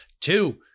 two